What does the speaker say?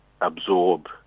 absorb